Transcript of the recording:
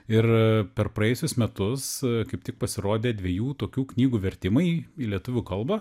ir per praėjusius metus kaip tik pasirodė dviejų tokių knygų vertimai į lietuvių kalbą